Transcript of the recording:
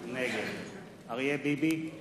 נגד אריה ביבי,